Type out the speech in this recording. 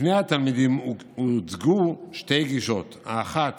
ובפני התלמידים הוצגו שתי גישות: האחת